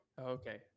Okay